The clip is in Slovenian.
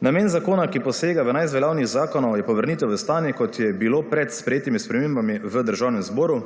Namen zakona, ki posega v enajst veljavnih zakonov, je povrnitev v stanje kot je bilo pred sprejetimi spremembami v Državnem zboru,